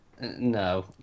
No